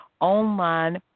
online